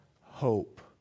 hope